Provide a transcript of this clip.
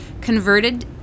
converted